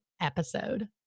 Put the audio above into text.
episode